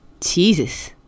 Jesus